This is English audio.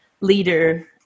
leader